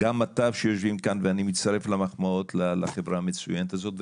גם מטב שיושבים כאן ואני מצטרף למחמאות לחברה המצוינת הזאת,